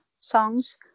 songs